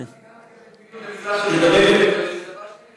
שאלתי על פעילות במזרח ירושלים,